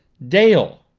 dale!